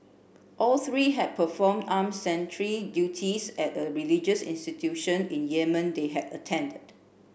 all three had performed armed sentry duties at a religious institution in Yemen they had attended